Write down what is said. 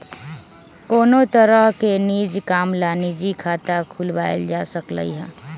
कोनो तरह के निज काम ला निजी खाता खुलवाएल जा सकलई ह